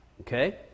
Okay